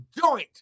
Joint